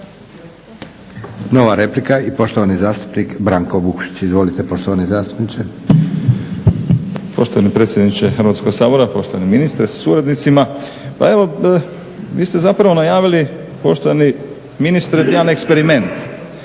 Izvolite poštovani zastupniče. **Vukšić, Branko (Hrvatski laburisti - Stranka rada)** Poštovani predsjedniče Hrvatskoga sabora, poštovani ministre sa suradnicima. Pa evo vi ste zapravo najavili poštovani ministre jedan eksperiment.